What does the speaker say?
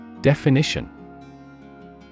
Definition